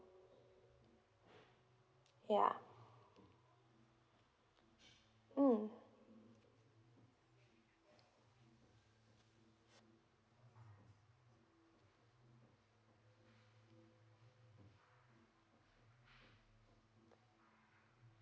ya mm